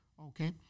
okay